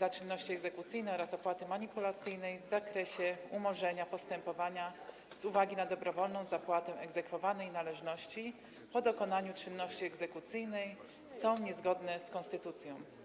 za czynności egzekucyjne oraz opłaty manipulacyjnej w zakresie umorzenia postępowania z uwagi na dobrowolną zapłatę egzekwowanej należności po dokonaniu czynności egzekucyjnych, są niezgodne z konstytucją.